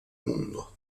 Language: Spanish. mundo